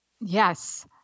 Yes